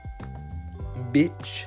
bitch